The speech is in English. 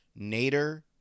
Nader